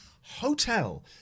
hotel